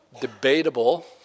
debatable